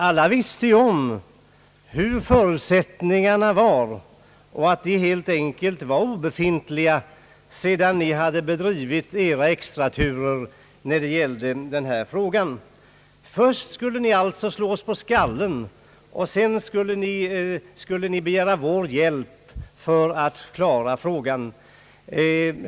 Alla visste ju vilka förutsättningarna var och att de helt enkelt var obefintliga sedan ni hade bedrivit era extraturer i denna fråga. Först skulle ni alltså slå oss i skallen, och sedan skulle ni begära vår hjälp att klara frågan.